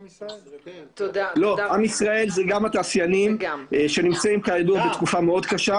עם ישראל זה גם התעשיינים שנמצאים כידוע בתקופה קשה מאוד.